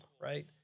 right